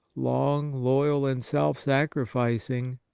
long, loyal and self-sacrificing,